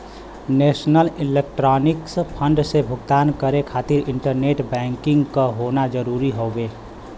national electronics fund से भुगतान करे खातिर इंटरनेट बैंकिंग क होना जरुरी हउवे